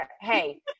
hey